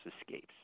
escapes